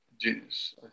genius